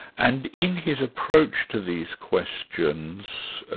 and in his approach to these questions,